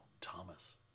Thomas